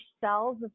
cells